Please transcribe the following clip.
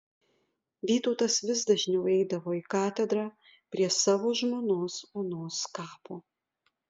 vytautas vis dažniau eidavo į katedrą prie savo žmonos onos kapo